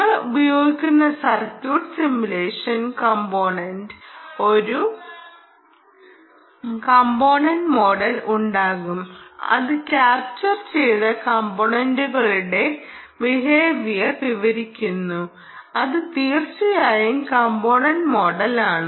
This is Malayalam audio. നിങ്ങൾ ഉപയോഗിക്കുന്ന സർക്യൂട്ട് സിമുലേഷൻ കമ്പോനെൻ്റിന് ഒരു കമ്പോനെൻ്റ് മോഡൽ ഉണ്ടാകും അത് ക്യാപ്ചർ ചെയ്ത കമ്പോനെൻ്റുകളുടെ ബിഹേവിയർ വിവരിക്കുന്നു അത് തീർച്ചയായും കമ്പോനെൻ്റ് മോഡലാണ്